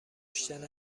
کشتن